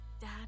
Dad